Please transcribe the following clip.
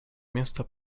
место